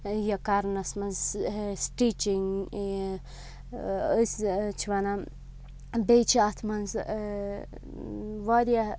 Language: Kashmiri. یہِ کَرنَس منٛز سِٹِچِنٛگ أسۍ چھِ وَنان بیٚیہِ چھِ اَتھ منٛز واریاہ